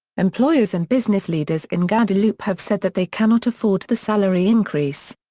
employers and business leaders in guadeloupe have said that they cannot afford the salary increase.